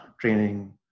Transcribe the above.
training